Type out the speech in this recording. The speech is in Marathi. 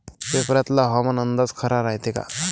पेपरातला हवामान अंदाज खरा रायते का?